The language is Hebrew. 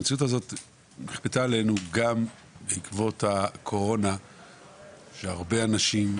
המציאות הזו נכפתה עלינו גם בעקבות הקורונה שהרבה אנשים,